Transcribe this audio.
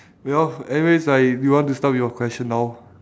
well anyways right do you want to start with your question now